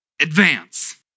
advance